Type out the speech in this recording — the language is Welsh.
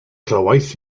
glywais